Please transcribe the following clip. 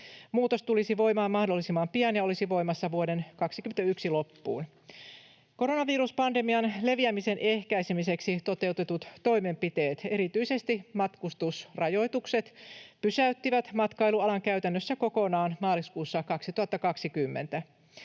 Muutos tulisi voimaan mahdollisimman pian ja olisi voimassa vuoden 21 loppuun. Koronaviruspandemian leviämisen ehkäisemiseksi toteutetut toimenpiteet, erityisesti matkustusrajoitukset, pysäyttivät matkailualan käytännössä kokonaan maaliskuussa 2020.